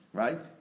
right